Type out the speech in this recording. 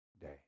day